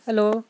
hello